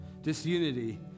disunity